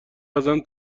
ازم